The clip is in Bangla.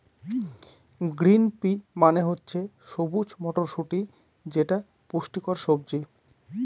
গ্রিন পি মানে হচ্ছে সবুজ মটরশুটি যেটা পুষ্টিকর সবজি